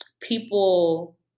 people